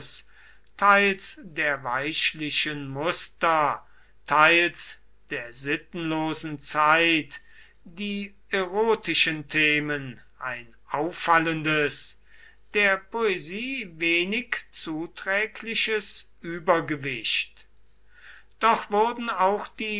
teils der weichlichen muster teils der sittenlosen zeit die erotischen themen ein auffallendes der poesie wenig zuträgliches übergewicht doch wurden auch die